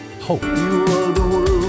hope